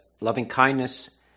loving-kindness